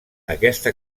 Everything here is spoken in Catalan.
aquesta